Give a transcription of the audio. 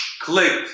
clicked